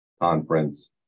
conference